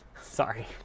sorry